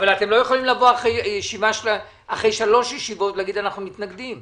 אבל אתם לא יכולים לבוא אחרי שלוש ישיבות ולומר שאתם מתנגדים.